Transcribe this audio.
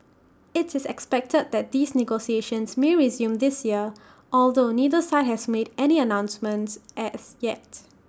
IT is expected that these negotiations may resume this year although neither side has made any announcements as yet